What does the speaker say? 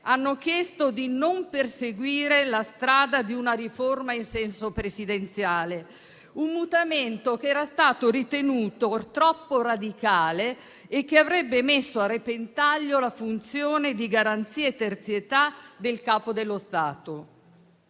hanno chiesto di non perseguire la strada di una riforma in senso presidenziale, un mutamento che era stato ritenuto troppo radicale e che avrebbe messo a repentaglio la funzione di garanzia e terzietà del Capo dello Stato.